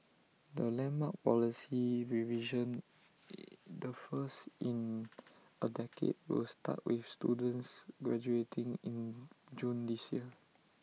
the landmark policy revision the first in A decade will start with students graduating in June this year